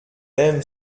aime